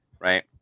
right